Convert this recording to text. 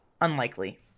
unlikely